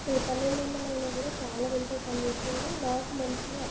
ఇది పన్నెండొందలయినా గూడా చాలా మంచిగా పని చేసింది నాకు మంచిగా